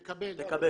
תקבל.